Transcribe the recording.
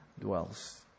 dwells